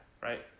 right